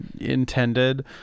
intended